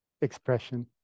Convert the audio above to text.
expression